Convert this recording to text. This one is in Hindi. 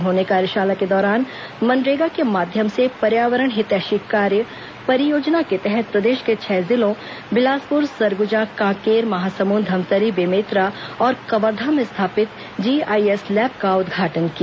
उन्होंने कार्यशाला के दौरान मनरेगा के माध्यम से पर्यावरण हितैषी कार्य परियोजना के तहत प्रदेश के छह जिलों बिलासपुर सरगुजा कांकेर महासमुंद धमतरी बेमेतरा और कवर्धा में स्थापित जीआईएस लैब का उद्घाटन किया